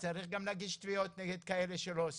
צריך גם להגיש תביעות נגד כאלה שלא עושים,